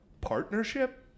partnership